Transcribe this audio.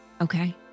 Okay